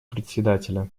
председателя